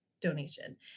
donation